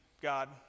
God